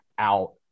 out